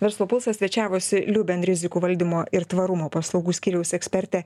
verslo pulsas svečiavosi liuben rizikų valdymo ir tvarumo paslaugų skyriaus ekspertė